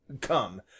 Come